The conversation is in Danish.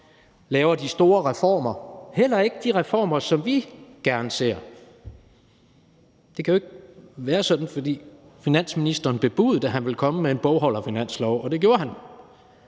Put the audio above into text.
de store reformer – heller ikke de reformer, som vi gerne ser. Det kan jo ikke være sådan, for finansministeren bebudede, at han ville komme med en bogholderfinanslov, og det gjorde han.